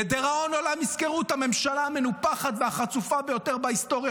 לדיראון עולם יזכרו את הממשלה המנופחת והחצופה ביותר בהיסטוריה,